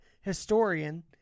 historian